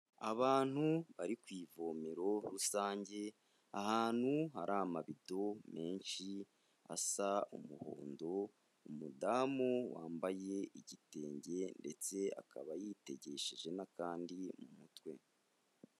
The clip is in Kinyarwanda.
Abantu bari ku ivomero rusange, ahantu hari amabido menshi asa umuhondo, umudamu wambaye igitenge ndetse akaba yitegesheje n'akandi mu mutwe.